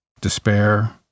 despair